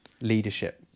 leadership